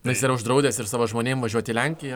jis yra uždraudęs ir savo žmonėm važiuot į lenkiją